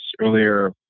earlier